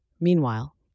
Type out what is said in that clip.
Meanwhile